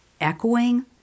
echoing